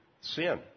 sin